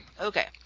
Okay